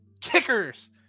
kickers